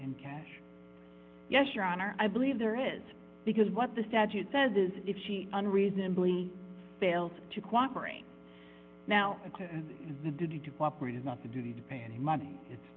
in cash yes your honor i believe there is because what the statute says is if she unreasonably fails to cooperate now the duty to cooperate is not the duty to pay any money it's